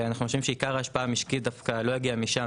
אנחנו חושבים שעיקר ההשפעה המשקית לא הגיעה משם,